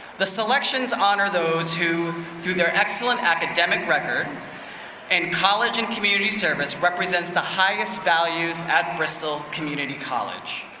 the selections honor those who through their excellent academic record and college and community service represents the highest values at bristol community college.